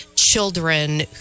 children